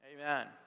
Amen